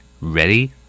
Ready